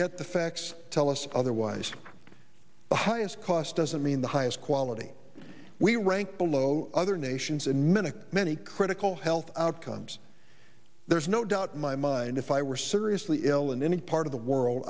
yet the facts tell us otherwise the highest cost doesn't mean the highest quality we rank below other nations and minnick many critical health outcomes there's no doubt in my mind if i were seriously ill in any part of the world